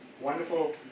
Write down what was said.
wonderful